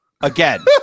Again